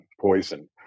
poison